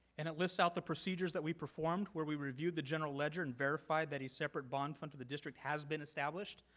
and it lists out the procedures that we performed where we reviewed the general ledger and verify that a separate bond from the district has been established.